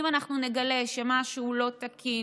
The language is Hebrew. אם אנחנו נגלה שמשהו לא תקין